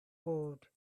gold